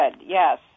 yes